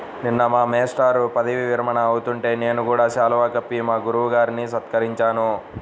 నిన్న మా మేష్టారు పదవీ విరమణ అవుతుంటే నేను కూడా శాలువా కప్పి మా గురువు గారిని సత్కరించాను